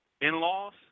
in-laws